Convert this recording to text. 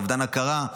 אובדן הכרה,